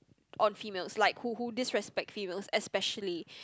on females like who who disrespect female especially